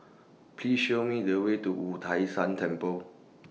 Please Show Me The Way to Wu Tai Shan Temple